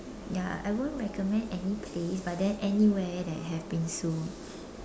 ya I won't recommend any place but then anywhere that has bingsu